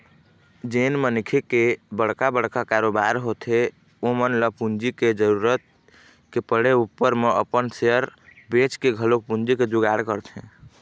जेन मनखे के बड़का बड़का कारोबार होथे ओमन ल पूंजी के जरुरत के पड़े ऊपर म अपन सेयर बेंचके घलोक पूंजी के जुगाड़ करथे